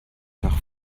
nach